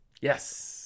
Yes